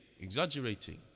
exaggerating